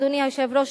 אדוני היושב-ראש,